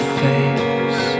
face